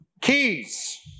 Keys